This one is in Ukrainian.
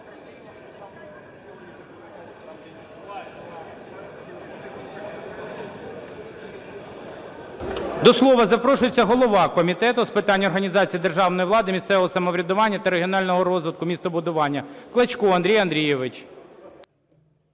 До слова запрошується голова Комітету з питань організації державної влади, місцевого самоврядування, регіонального розвитку та містобудування Клочко Андрій Андрійович.